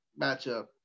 matchup